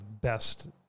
best